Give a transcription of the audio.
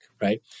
right